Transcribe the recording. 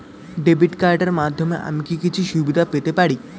Debit কার্ডের মাধ্যমে আমি কি কি সুবিধা পেতে পারি?